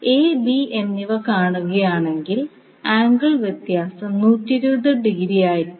A B എന്നിവ കാണുകയാണെങ്കിൽ angle വ്യത്യാസം 120 ഡിഗ്രി ആയിരിക്കും